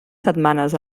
setmanes